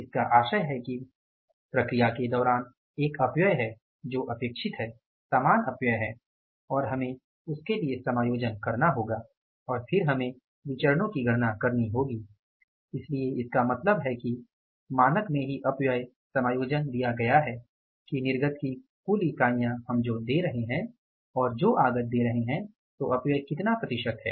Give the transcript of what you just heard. इसका आशय है कि प्रक्रिया के दौरान एक अपव्यय है जो अपेक्षित है सामान्य अपव्यय है और हमें उसके लिए समायोजन करना होगा और फिर हमें विचरणो की गणना करनी होगी इसलिए इसका मतलब है कि मानक में ही अपव्यय समायोजन दिया गया है कि निर्गत की कुल इकाइयाँ हम जो दे रहे हैं और जो आगत दे रहे हैं तो अपव्यय कितना प्रतिशत है